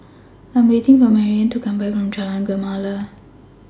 I Am waiting For Marianne to Come Back from Jalan Gemala